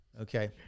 Okay